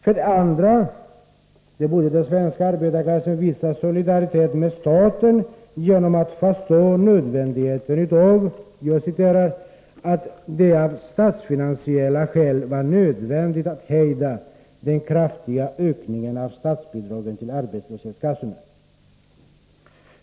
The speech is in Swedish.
För det andra borde den svenska arbetarklassen visa solidaritet med staten genom att förstå att det ”av statsfinanisella skäl var nödvändigt att hejda den kraftiga ökningen av statsbidragen till arbetslöshetskassorna”.